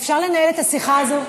אפשר לנהל את השיחה הזאת,